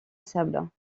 sable